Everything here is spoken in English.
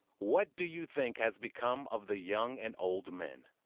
what do you think has become of the young and old men?